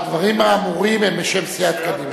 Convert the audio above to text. הדברים האמורים הם בשם סיעת קדימה.